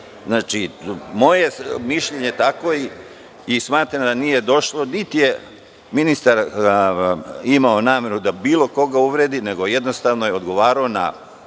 tačno.)Znači, moje mišljenje je takvo, i smatram da nije došlo, niti je ministar imao nameru da bilo koga uvredi, nego jednostavno je odgovarao na